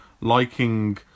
liking